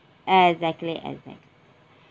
exactly exact